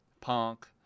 punk